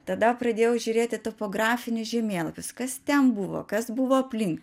tada pradėjau žiūrėti topografinius žemėlapius kas ten buvo kas buvo aplink